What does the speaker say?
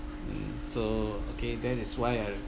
mm so okay that is why I